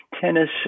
tennis